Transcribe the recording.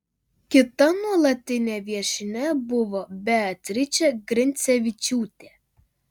kita nuolatinė viešnia buvo beatričė grincevičiūtė